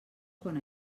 quan